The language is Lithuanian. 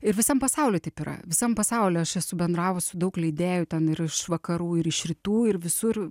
ir visam pasauly taip yra visam pasauly aš esu bendravus su daug leidėjų ten ir iš vakarų ir iš rytų ir visur